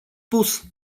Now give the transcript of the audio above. spus